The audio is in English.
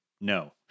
no